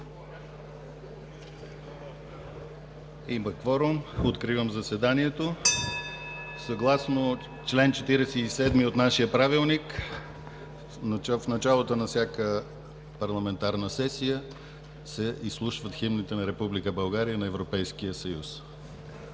Има кворум, откривам заседанието. (Звъни.) Съгласно чл. 47 от нашия Правилник, в началото на всяка парламентарна сесия се изслушват химните на Република България и на Европейския съюз.